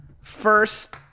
first